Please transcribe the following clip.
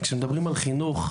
כשמדברים על חינוך,